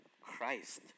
Christ